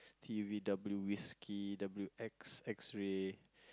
T_V W whiskey W X Xray